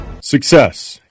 Success